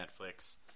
Netflix